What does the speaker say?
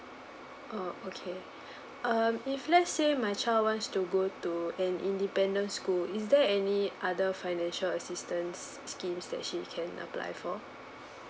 oh okay um if let's say my child wants to go to an independent school is there any other financial assistance schemes that she can apply for